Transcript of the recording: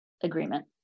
agreement